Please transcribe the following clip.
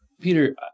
Peter